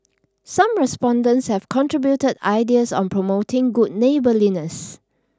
some respondents have contributed ideas on promoting good neighborliness